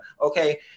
okay